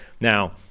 Now